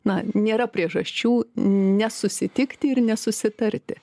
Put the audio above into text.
na nėra priežasčių nesusitikti ir nesusitarti